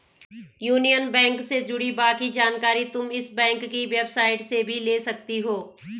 union Bank से जुड़ी बाकी जानकारी तुम इस बैंक की वेबसाईट से भी ले सकती हो